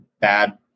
bad